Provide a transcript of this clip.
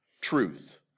truth